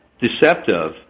deceptive